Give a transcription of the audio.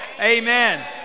amen